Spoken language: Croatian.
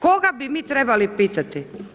Koga bi mi trebali pitati?